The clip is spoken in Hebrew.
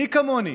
מי כמוני